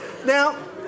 Now